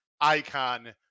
icon